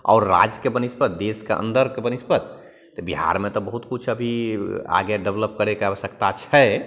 आओर राज्यके बनिस्पत देशके अन्दरके बनिस्पत तऽ बिहारमे तऽ बहुत किछु अभी आगे डेवलप करैके आवश्यकता छै